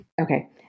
Okay